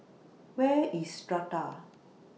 Where IS Strata